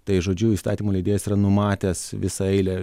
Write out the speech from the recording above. tai žodžiu įstatymų leidėjas yra numatęs visą eilę